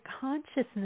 consciousness